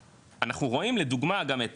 אנחנו רואים לדוגמא, גם את